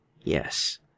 Yes